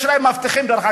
יש להם מאבטחים,